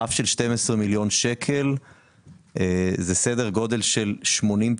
רף של 12 מיליון שקל זה סדר גודל של 80%,